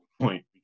point